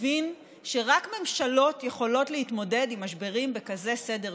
מבין שרק ממשלות יכולות להתמודד עם משברים בכזה סדר גודל.